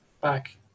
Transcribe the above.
back